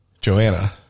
Joanna